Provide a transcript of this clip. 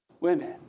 Women